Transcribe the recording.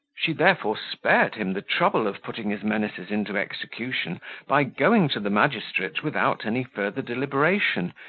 she therefore spared him the trouble of putting his menaces into execution by going to the magistrate, without any further deliberation,